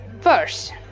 First